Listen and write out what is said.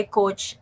coach